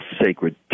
sacred